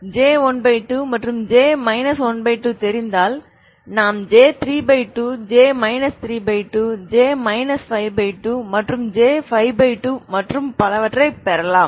J12 மற்றும்J 12 தெரிந்தால் நீங்கள் J32 J 32 J 52 J52 மற்றும் பலவற்றைப் பெறலாம்